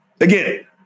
again